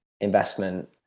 investment